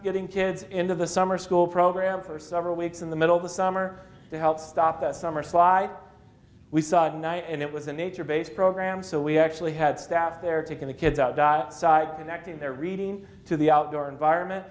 getting kids into the summer school program for several weeks in the middle of the summer to help stop that summer slide we saw at night and it was the nature based program so we actually had staff there taking the kids out side connecting their reading to the outdoor environment